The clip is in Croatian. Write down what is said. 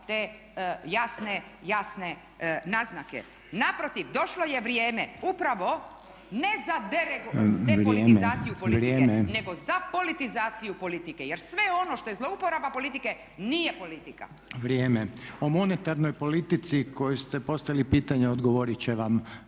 te jasne naznake. Naprotiv, došlo je vrijeme upravo ne za depolitizaciju politike nego … …/Upadica predsjednik: Vrijeme./… … za politizaciju politike. Jer sve ono što je zlouporaba politike nije politika. **Reiner, Željko (HDZ)** O monetarnoj politici kojoj ste postavili pitanje odgovorit će vam